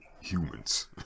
humans